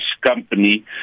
company